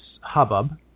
hubbub